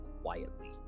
quietly